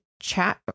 chat